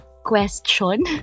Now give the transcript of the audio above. Question